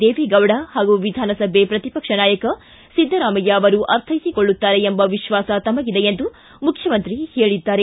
ದೇವೆಗೌಡ ಹಾಗೂ ವಿಧಾನಸಭೆ ಪ್ರತಿಪಕ್ಷ ನಾಯಕ ಸಿದ್ದರಾಮಯ್ತ ಅವರು ಅರ್ಥೈಸಿಕೊಳ್ಳುತ್ತಾರೆ ಎಂಬ ವಿಶ್ವಾಸ ತಮಗಿದೆ ಎಂದು ಮುಖ್ಯಮಂತ್ರಿ ಹೇಳಿದ್ದಾರೆ